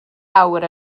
awr